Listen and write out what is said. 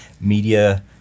media –